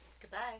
Goodbye